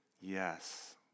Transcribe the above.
Yes